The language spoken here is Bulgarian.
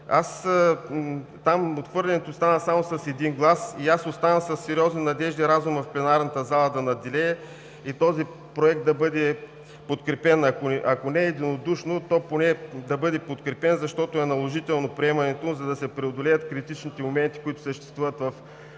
Там отхвърлянето стана само с един глас и аз останах със сериозни надежди разумът в пленарната зала да надделее и този Проект да бъде подкрепен, ако не единодушно, то поне да бъде подкрепен, защото приемането му е наложително, за да се преодолеят критичните моменти, които съществуват в